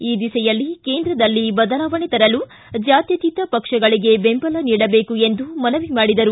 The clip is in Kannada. ಈ ದಿಸೆಯಲ್ಲಿ ಕೇಂದ್ರದಲ್ಲಿ ಬದಲಾವಣೆ ತರಲು ಜಾತ್ಯತೀತ ಪಕ್ಷಗಳಿಗೆ ಬೆಂಬಲ ನೀಡಬೇಕು ಎಂದು ಮನವಿ ಮಾಡಿದರು